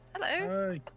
Hello